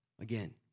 Again